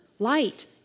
Light